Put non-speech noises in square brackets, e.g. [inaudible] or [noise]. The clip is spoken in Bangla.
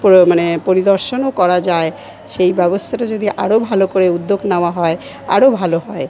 [unintelligible] মানে পরিদর্শনও করা যায় সেই ব্যবস্থাটা যদি আরও ভালো করে উদ্যোগ নেওয়া হয় আরো ভালো হয়